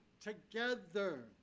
together